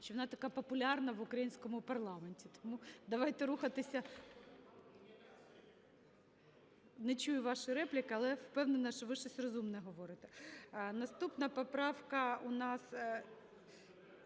що вона така популярна в українському парламенті, тому давайте рухатися. (Шум у залі) Не чую вашої репліки, але, впевнена, що ви щось розумне говорите. Наступна поправка у нас